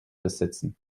besitzen